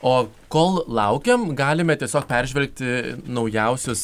o kol laukiam galime tiesiog peržvelgti naujausius